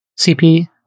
CP